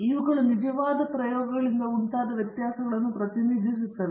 ಇವುಗಳು ನಿಜವಾದ ಪ್ರಯೋಗಗಳಿಂದ ಉಂಟಾದ ವ್ಯತ್ಯಾಸಗಳನ್ನು ಪ್ರತಿನಿಧಿಸುತ್ತವೆ